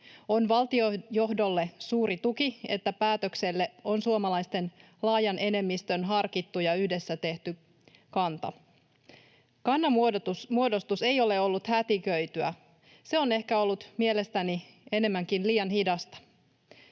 On valtiojohdolle suuri tuki, että päätökselle on suomalaisten laajan enemmistön harkittu ja yhdessä tehty kanta. Kannanmuodostus ei ole ollut hätiköityä, se on ehkä ollut mielestäni enemmänkin liian hidasta.